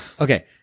Okay